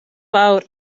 fawr